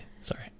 Sorry